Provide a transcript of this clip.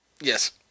Yes